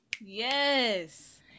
Yes